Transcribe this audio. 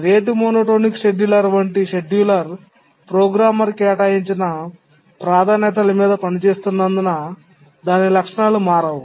rate monotonic scheduler వంటి scheduler programmer కేటాయించిన ప్రాధాన్యతల మీద పనిచేస్తున్నందున దాని లక్షణాలు మారవు